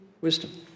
Wisdom